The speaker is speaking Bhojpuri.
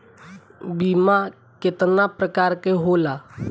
बीमा केतना प्रकार के होला?